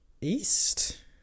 East